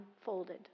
unfolded